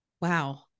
Wow